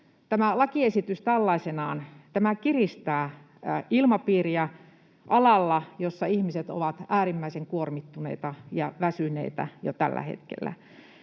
lakiesitys tällaisenaan kiristää ilmapiiriä alalla, jolla ihmiset ovat äärimmäisen kuormittuneita ja väsyneitä jo tällä hetkellä.